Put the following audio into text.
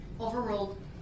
Overruled